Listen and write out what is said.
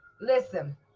Listen